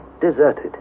deserted